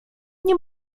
nie